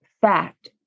fact